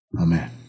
Amen